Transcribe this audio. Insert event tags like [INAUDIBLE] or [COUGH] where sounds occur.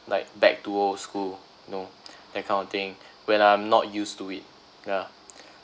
like back to old school know [NOISE] that kind of thing when I'm not used to it yeah